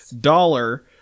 dollar